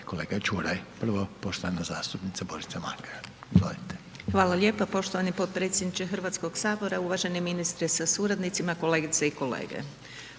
kolega Čuraj. Prvo poštovana zastupnica Božica Makar. Izvolite. **Makar, Božica (HNS)** Hvala lijepa. Poštovani potpredsjedniče Hrvatskog sabora, uvaženi ministre sa suradnicima, kolegice i kolege.